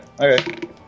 Okay